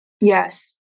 Yes